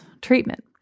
treatment